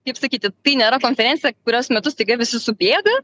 kaip sakyti tai nėra konferencija kurios metu staiga visi subėga